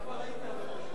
כבר הייתי.